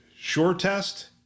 SureTest